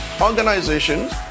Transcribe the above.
organizations